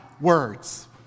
words